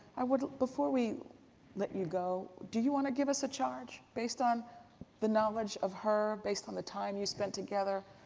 i would, before we let you go, do you want to give us a charge based on the knowledge of her, based on the time you spent together,